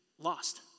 Lost